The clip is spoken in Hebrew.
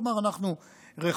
כלומר אנחנו רחוקים,